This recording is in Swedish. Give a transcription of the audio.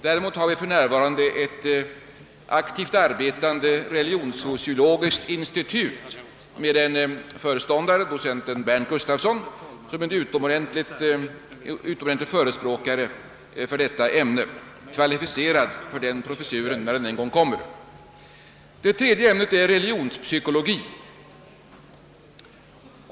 Däremot har vi för närvarande ett aktivt arbetande religionssociologiskt institut med en föreståndare — docent Berndt Gustafsson — som är en utomordentlig förespråkare för detta ämne och kvalificerad för den professuren när den en gång kommer. Det tredje ämnet är religionspsykologi.